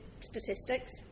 statistics